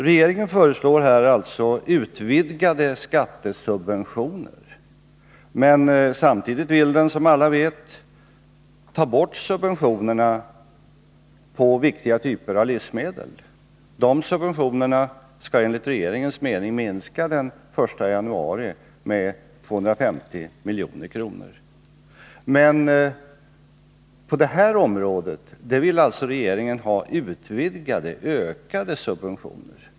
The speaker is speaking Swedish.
Regeringen föreslår utvidgade skattesubventioner men vill samtidigt, som alla vet, ta bort subventionerna på viktiga typer av livsmedel. De subventionerna skall enligt regeringens mening den 1 januari 1981 minska med 250 milj.kr. Men på aktieområdet vill alltså regeringen ha utökade subventioner.